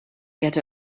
get